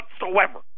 whatsoever